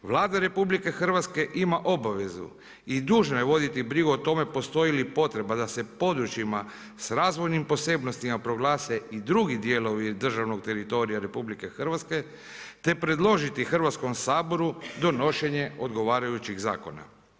Vlada Republike Hrvatske ima obavezu i dužna je voditi brigu o tome postoji li potreba da se područjima sa razvojnim posebnostima proglase i drugi dijelovi državnog teritorija RH, te predložiti Hrvatskom saboru donošenje odgovarajućih zakona.